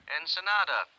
Ensenada